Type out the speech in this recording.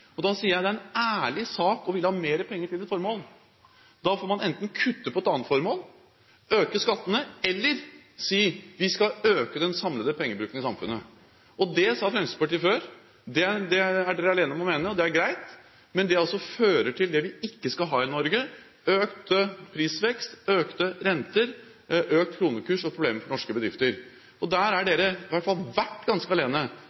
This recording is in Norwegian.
Da sier jeg: Det er en ærlig sak å ville ha mer penger til et formål. Da får man enten kutte på et annet formål, øke skattene eller si: Vi skal øke den samlede pengebruken i samfunnet. Det sa Fremskrittspartiet før. Det er Fremskrittspartiet alene om å mene, og det er greit, men det fører altså til det vi ikke skal ha i Norge – økt prisvekst, økte renter, økt kronekurs og problemer for norske bedrifter. Der er Fremskrittspartiet – eller iallfall har vært – ganske alene.